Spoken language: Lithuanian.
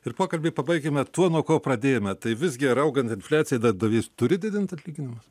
ir pokalbį pabaikime tuo nuo ko pradėjome tai visgi ar augant infliacijai darbdavys turi didinti atlyginimus